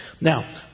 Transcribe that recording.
Now